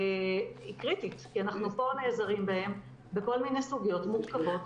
היא קריטית כי אנחנו פה נעזרים בהם בכל מיני סוגיות מורכבות